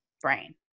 brain